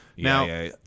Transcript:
Now